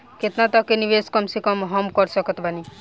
केतना तक के निवेश कम से कम मे हम कर सकत बानी?